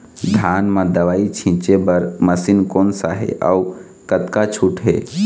धान म दवई छींचे बर मशीन कोन सा हे अउ कतका छूट हे?